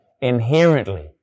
inherently